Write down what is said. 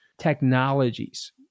technologies